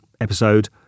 episode